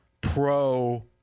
pro